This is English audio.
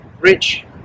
rich